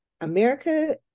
America